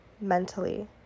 mentally